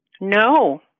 No